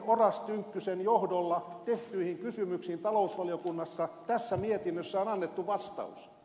oras tynkkysen johdolla tehtyihin kysymyksiin talousvaliokunnassa tässä mietinnössä on annettu vastaus